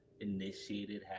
initiated